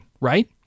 Right